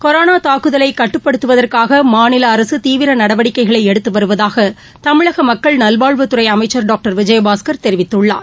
corona தாக்குதலை கட்டுப்படுத்துவதற்காக மாநில அரசு தீவிர நடவடிக்கைகளை எடுத்து வருவதாக தமிழக மக்கள் நல்வாழ்வுத்துறை அமைச்சா் டாக்டர் விஜயபாஸ்கர் தெரிவித்துளார்